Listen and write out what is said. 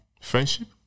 Friendship